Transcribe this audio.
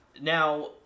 now